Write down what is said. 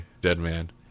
Deadman